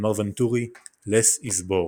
אמר ונטורי "Less is a bore".